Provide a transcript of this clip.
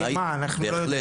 בהחלט.